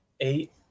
eight